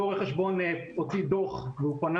אותו רואה חשבון הוציא דוח והוא פנה